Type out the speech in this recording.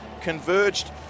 converged